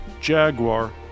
Jaguar